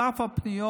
על אף הפניות,